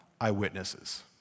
eyewitnesses